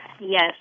yes